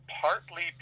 partly